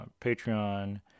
Patreon